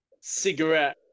cigarette